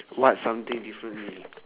what something differently